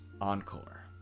Encore